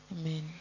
Amen